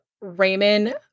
Raymond